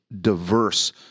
diverse